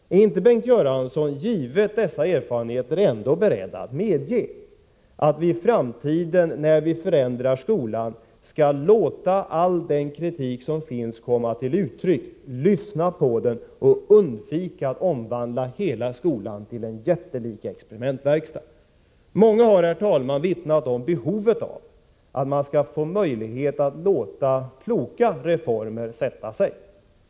Är ändå inte Bengt Göransson mot bakgrund av dessa erfarenheter beredd att medge, att vi i framtiden när vi förändrar skolan skall låta all den kritik som förekommer komma till uttryck, lyssna på den och undvika att omvandla hela skolan till en jättelik experimentverkstad? Många har, herr talman, vittnat om behovet av att man skulle få möjlighet att låta kloka reformer sätta sig.